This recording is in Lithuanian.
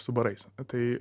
su barais tai